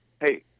Hey